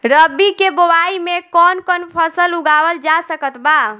रबी के बोआई मे कौन कौन फसल उगावल जा सकत बा?